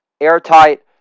Airtight